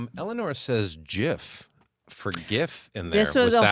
um eleanor says jiff for gif in there. so was yeah